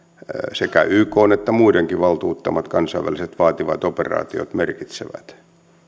sekä ykn että muidenkin valtuuttamat kansainväliset vaativat operaatiot merkitsevät